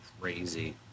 crazy